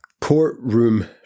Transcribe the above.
courtroom